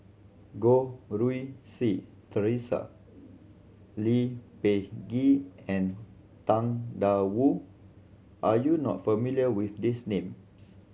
Goh Rui Si Theresa Lee Peh Gee and Tang Da Wu are you not familiar with these name